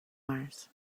mars